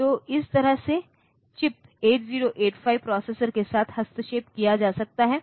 तो इस तरह से चिप 8085 प्रोसेसर के साथ हस्तक्षेप किया जा सकता है